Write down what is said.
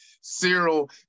Cyril